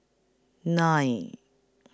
nine